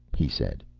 he said.